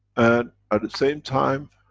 and at the same time,